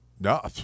No